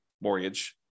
mortgage